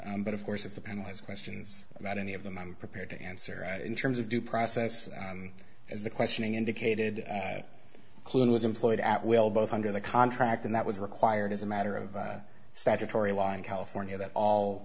but of course of the penalize questions about any of them i'm prepared to answer and in terms of due process as the questioning indicated clearly was employed at will both under the contract and that was required as a matter of statutory law in california that all